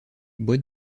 bois